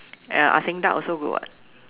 ya Ah-Seng duck also good [what]